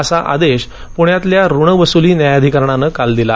असा आदेश पुण्यातल्या ऋण वसूली न्यायाधिकरणाने काल दिला